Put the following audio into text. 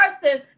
person